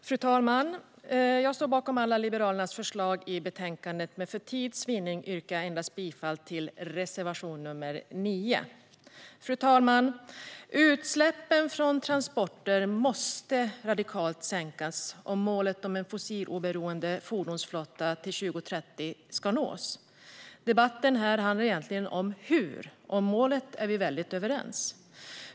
Fru talman! Jag står bakom alla Liberalernas förslag i betänkandet, men för tids vinnande yrkar jag bifall endast till reservation nr 9. Fru talman! Utsläppen från transporter måste sänkas radikalt om målet om en fossiloberoende fordonsflotta till 2030 ska nås. Debatten handlar egentligen om hur, för om målet är vi överens.